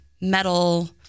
metal